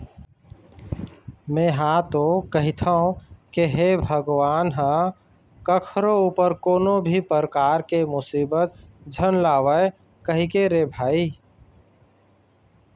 में हा तो कहिथव के भगवान ह कखरो ऊपर कोनो भी परकार के मुसीबत झन लावय कहिके रे भई